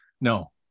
No